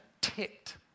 ticked